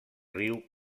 riu